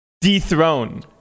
dethrone